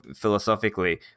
philosophically